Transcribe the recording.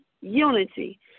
unity